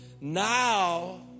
Now